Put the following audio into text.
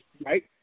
right